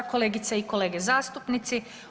Kolegice i kolege zastupnici.